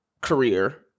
career